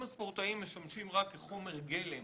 אם הספורטאים משמשים רק כחומר גלם